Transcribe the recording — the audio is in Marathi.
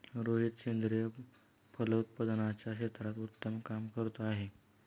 रोहित सेंद्रिय फलोत्पादनाच्या क्षेत्रात उत्तम काम करतो आहे